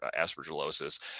aspergillosis